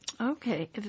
Okay